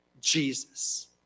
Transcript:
Jesus